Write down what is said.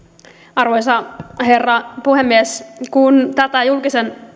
arvoisa herra puhemies kun tätä julkisen